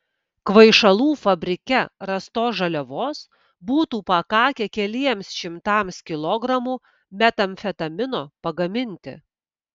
kvaišalų fabrike rastos žaliavos būtų pakakę keliems šimtams kilogramų metamfetamino pagaminti